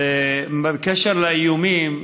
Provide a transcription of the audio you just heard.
בקשר לאיומים,